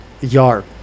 yard